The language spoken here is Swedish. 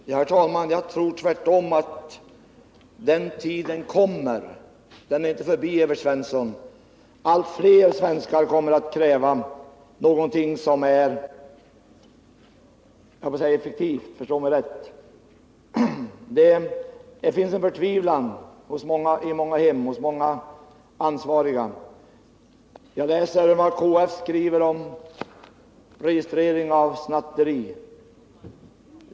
Herr talman! Jag tror tvärtom att den tiden kommer, den är inte förbi, Evert Svensson. Allt fler svenskar kommer att kräva någonting som är effektivt — förstå mig rätt. Det finns en förtvivlan i många hem, hos många ansvariga. Jag läser vad KF skriver om registrering av snatteri.